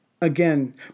Again